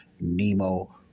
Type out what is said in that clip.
Nemo